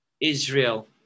Israel